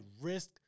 risk